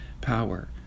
power